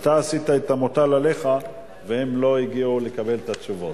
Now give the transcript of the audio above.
אתה עשית את המוטל עליך והם לא הגיעו לקבל את התשובות.